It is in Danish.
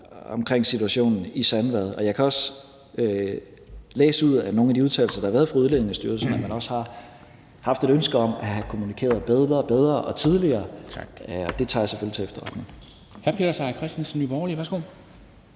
omkring situationen i Sandvad, og jeg kan også læse ud fra nogle af de udtalelser, der har været fra Udlændingestyrelsen, at man også har haft et ønske om at have kommunikeret bedre og tidligere, og det tager jeg selvfølgelig til efterretning. Kl. 13:17 Formanden (Henrik Dam